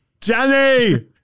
Jenny